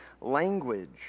language